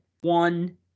one